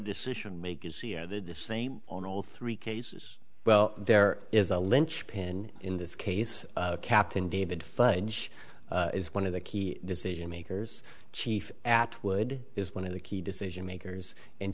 decision makers he added the same on all three cases well there is a linchpin in this case captain david fudge is one of the key decision makers chief atwood is one of the key decision makers and